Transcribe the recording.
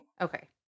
Okay